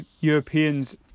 Europeans